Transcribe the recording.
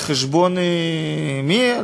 על חשבון מי?